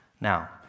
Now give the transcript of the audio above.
now